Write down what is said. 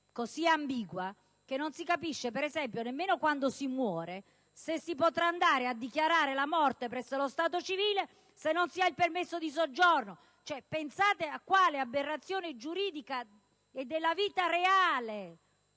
così ambigua che non si capisce per esempio nemmeno, quando si muore, se si potrà andare a dichiarare la morte presso lo stato civile se non si ha il permesso di soggiorno; pensate a quale aberrazione giuridica e della vita reale